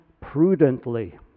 prudently